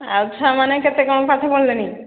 ଆଉ ଛୁଆମାନେ କେତେ କ'ଣ ପାଠ ପଢ଼ିଲେଣି